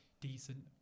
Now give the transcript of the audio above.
decent